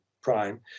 Prime